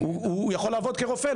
הוא יכול לעבוד כרופא.